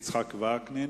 יצחק וקנין,